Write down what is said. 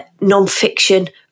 nonfiction